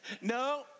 No